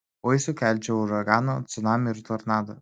oi sukelčiau uraganą cunamį ir tornadą